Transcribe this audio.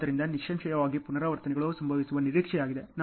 ಆದ್ದರಿಂದ ನಿಸ್ಸಂಶಯವಾಗಿ ಪುನರಾವರ್ತನೆಗಳು ಸಂಭವಿಸುವ ನಿರೀಕ್ಷೆಯಿದೆ